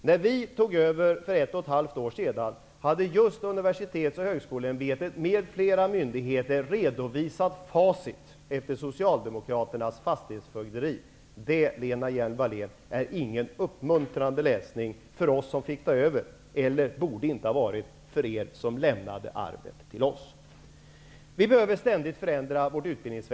När vi för ett och ett halvt år sedan tog över hade just Universitets och högskoleämbetet m.fl. myndigheter redovisat facit efter Socialdemokraternas fastighetsfögderi. Och det, Lena Hjelm-Wallén, är ingen uppmuntrande läsning för oss som fick ta över. Det borde inte heller vara uppmuntrande för er som lämnade efter er detta arv. Vårt utbildningsväsende behöver ständigt förändras. Ja, det är riktigt.